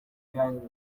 uganda